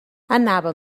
anava